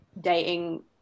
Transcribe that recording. dating